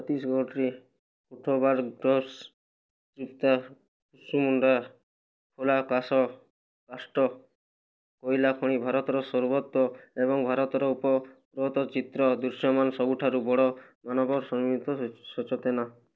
ଛତିଶଗଡ଼ରେ ଦିପ୍କା ଶିଶୁମୁଣ୍ଡା ଖୋଲା କାଶ କାଷ୍ଟ କୋଇଲା ଖଣି ଭାରତର ସର୍ବତ ଏବଂ ଭାରତର ଉପଗ୍ରତ ଚିତ୍ର ଦୃଶ୍ୟମାନ ସବୁଠାରୁ ବଡ଼ ମାନବ ସଂଗୀତ ସଚେତନା